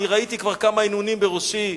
אני ראיתי כבר כמה הנהונים בראשי,